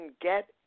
get